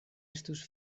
estus